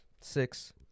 Six